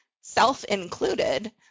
self-included